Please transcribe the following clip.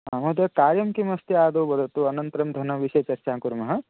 महोदय कार्यं किमस्ति आदौ वदतु अनन्तरं धनविषये चर्चां कुर्मः